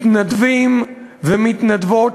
מתנדבים ומתנדבות,